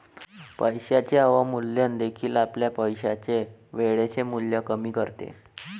पैशाचे अवमूल्यन देखील आपल्या पैशाचे वेळेचे मूल्य कमी करते